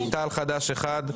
תע"ל-חד"ש אחד,